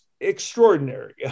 extraordinary